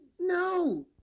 No